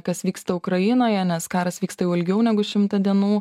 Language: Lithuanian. kas vyksta ukrainoje nes karas vyksta jau ilgiau negu šimtą dienų